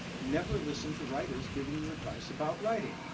never listen to writers giving you advice about writing.